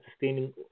sustaining